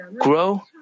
grow